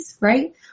right